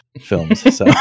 films